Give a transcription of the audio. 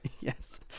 Yes